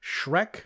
Shrek